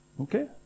Okay